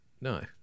No